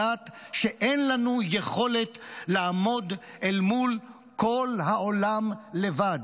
אבל המשימה שלנו היא לדעת שאין לנו יכולת לעמוד אל מול כל העולם לבד.